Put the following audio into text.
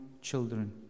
children